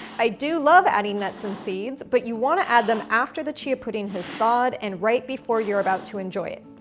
i do love adding nuts and seeds but you wanna add them after the chia pudding has thawed and right before you're about to enjoy it.